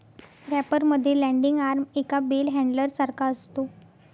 wrapper मध्ये landing arm एका bell handler सारखा असतो